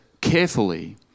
carefully